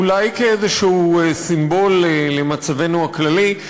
אולי כאיזה סימבול למצבנו הכללי,